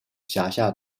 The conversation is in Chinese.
辖下